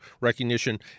recognition